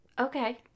Okay